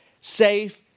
safe